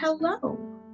hello